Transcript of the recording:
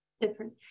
Different